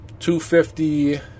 250